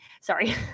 sorry